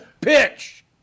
pitch